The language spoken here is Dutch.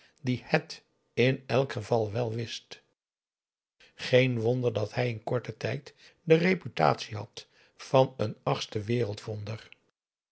die het in elk geval wel wist geen wonder dat hij in korten tijd de reputatie had van een achtste